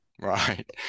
right